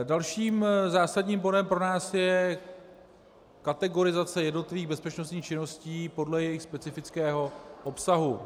Dalším zásadním bodem pro nás je kategorizace jednotlivých bezpečnostních činností podle jejich specifického obsahu.